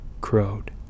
crowed